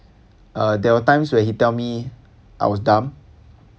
uh there were times where he tell me I was dumb